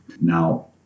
Now